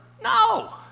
No